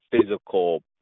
physical